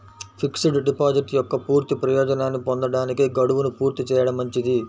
fixed deposit యొక్క పూర్తి ప్రయోజనాన్ని పొందడానికి, గడువును పూర్తి చేయడం మంచిది